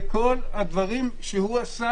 כל הדברים שהוא עשה.